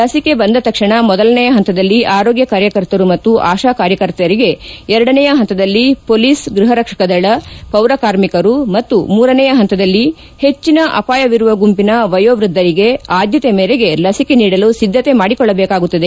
ಲಸಿಕೆ ಬಂದ ತಕ್ಷಣ ಮೊದಲನೆಯ ಹಂತದಲ್ಲಿ ಆರೋಗ್ಯ ಕಾರ್ಯಕರ್ತರು ಮತ್ತು ಆಶಾ ಕಾರ್ಯಕರ್ತೆರಿಗೆ ಎರಡನೇಯ ಹಂತದಲ್ಲಿ ಹೋಲಿಸ್ ಗ್ವಪರಕ್ಷಕದಳ್ಳಿ ಪೌರ ಕಾರ್ಮಿಕರು ಮತ್ತು ಮೂರನೇಯ ಪಂತದಲ್ಲಿ ಹೆಚ್ಚಿನ ಅಪಾಯವಿರುವ ಗುಂಪಿನ ವಯೋವ್ಯದ್ಲಿಗೆ ಆದ್ಲತೆ ಮೇರೆಗೆ ಲಸಿಕೆ ನೀಡಲು ಸಿದ್ಗತೆ ಮಾಡಿಕೊಳ್ಲಬೇಕಾಗುತ್ತದೆ